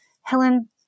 Helen